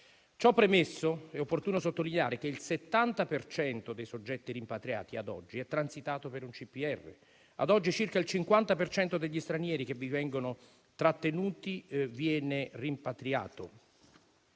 Ciò premesso, è opportuno sottolineare che il 70 per cento dei soggetti rimpatriati ad oggi è transitato per un CPR. Ad oggi, circa il 50 per cento degli stranieri che vi vengono trattenuti viene rimpatriato.